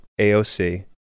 aoc